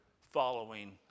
following